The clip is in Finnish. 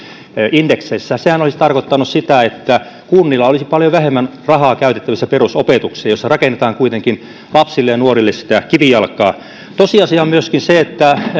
indekseistä sehän olisi tarkoittanut sitä että kunnilla olisi paljon vähemmän rahaa käytettävissä perusopetukseen jossa rakennetaan kuitenkin lapsille ja nuorille sitä kivijalkaa tosiasia on myöskin se että